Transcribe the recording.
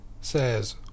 Says